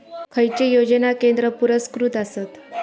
खैचे योजना केंद्र पुरस्कृत आसत?